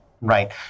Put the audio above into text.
right